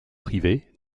privées